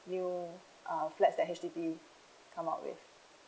new err flats that H_D_B come out with